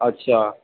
अच्छा